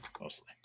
mostly